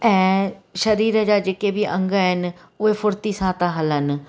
ऐं शरीर जा जेके बि अंग आहिनि उहे फुर्ती सां था हलनि